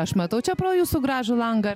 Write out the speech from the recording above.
aš matau čia pro jūsų gražų langą